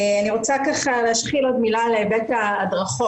אני רוצה להשחיל עוד מילה על היבט ההדרכות.